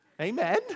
Amen